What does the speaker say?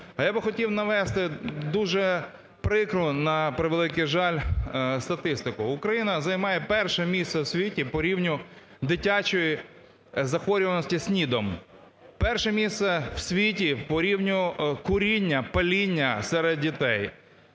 я би хотів навести дуже прикро, на превеликий жаль, статистику. Україна займає перше місце в світі по рівню дитячої захворюваності СНІДом. Перше місце в світі по рівню куріння, паління серед дітей.